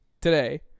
today